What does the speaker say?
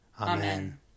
Amen